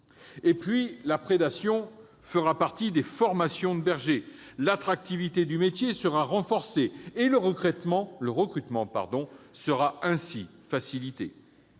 ailleurs, la prédation sera abordée dans la formation des bergers ; l'attractivité du métier sera renforcée et le recrutement ainsi facilité.